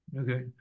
Okay